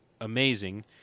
amazing